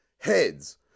Heads